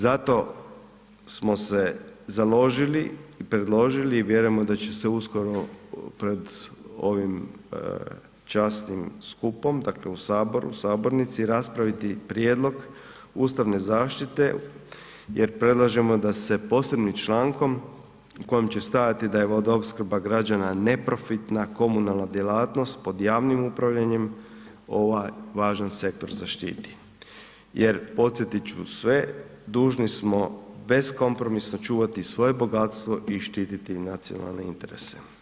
Zato smo se založili i predložili i vjerujemo a će se uskoro pred ovim časnim skupom dakle u Saboru, u sabornici raspraviti prijedlog ustavne zaštite jer predlažemo da se posebnim člankom u kojem će stajati da je vodoopskrba građevna neprofitna komunalna djelatnost pod javnim upravljanjem ovaj važan sektor zaštiti jer podsjetit ću sve, dužni smo beskompromisno čuvati svoje bogatstvo i štititi nacionalne interese.